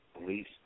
police